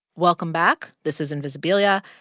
welcome back. this is invisibilia.